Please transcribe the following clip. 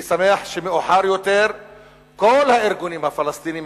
אני שמח שמאוחר יותר כל הארגונים הפלסטיניים